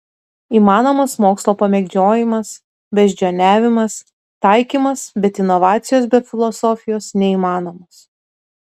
įmanomas mokslo pamėgdžiojimas beždžioniavimas taikymas bet inovacijos be filosofijos neįmanomos